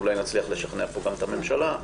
אולי נצליח לשכנע פה את הממשלה,